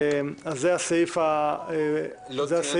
זה הסעיף המשפטי.